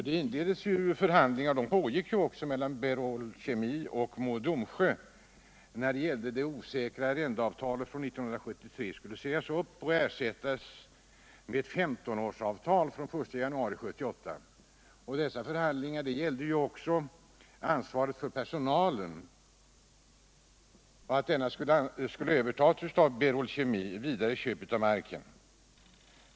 Det inleddes nämligen förhandlingar mellan Berol Kemi och Mo och Domsjö om att det osäkra arrendeavtalet från 1973 skulle sägas upp och ersättas av femtonårsavtal från den 1 januari 1978. Dessa förhandlingar gällde också ansvaret för personalen — denna skulle övertas av Berol Kemi— och köp av marken.